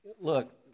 Look